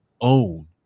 own